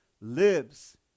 lives